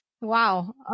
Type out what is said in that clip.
Wow